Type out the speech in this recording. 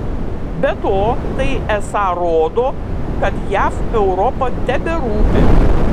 be to tai esą rodo kad jav europa teberūpi